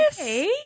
Okay